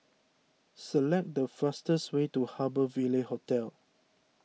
select the fastest way to Harbour Ville Hotel